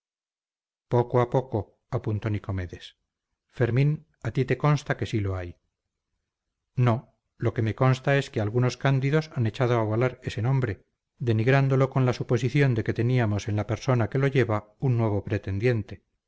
a poco apuntó nicomedes fermín a ti te consta que sí lo hay no lo que me consta es que algunos cándidos han echado a volar ese nombre denigrándolo con la suposición de que teníamos en la persona que lo lleva un nuevo pretendiente